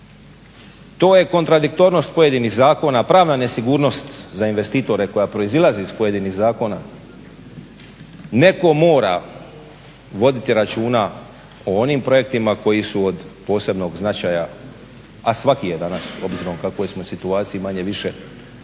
to je kontradiktornost pojedinih zakona, pravna nesigurnost za investitore koja proizlazi iz pojedinih zakona. Netko mora voditi računa o onim projektima koji su od posebnog značaja, a svaki je danas obzirom u kakvoj smo situaciji manje-više koji